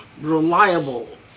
reliable